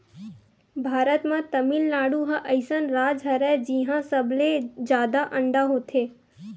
भारत म तमिलनाडु ह अइसन राज हरय जिंहा सबले जादा अंडा होथे